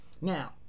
Now